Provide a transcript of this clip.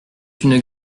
une